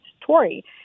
Tory